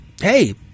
Hey